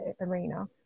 arena